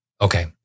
Okay